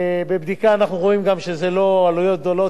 בבדיקה אנחנו רואים שזה גם לא עלויות גדולות.